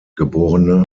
geb